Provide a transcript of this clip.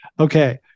Okay